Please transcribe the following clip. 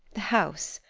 the house,